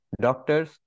doctors